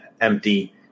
empty